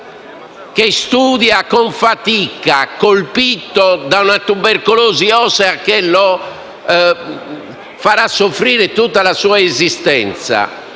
studia con fatica per una tubercolosi ossea che lo farà soffrire per tutta la sua esistenza.